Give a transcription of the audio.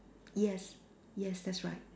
yes yes that's right